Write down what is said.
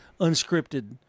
unscripted